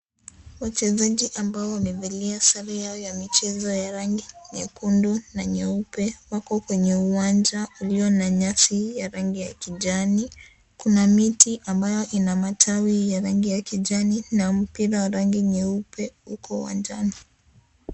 Wachezaji ambao wamevalia sare yao ya michezo ya rangi nyekundu na nyeupe, Wako kwenye uwanja ulio na nyasi ya rangi ya kijani. Kuna miti ambayo ina matawi ya rangi ya kijani. Na mpira wa rangi nyeupe uko uwanjani.